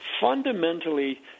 fundamentally